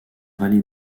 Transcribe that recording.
vallée